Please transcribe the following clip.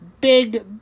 big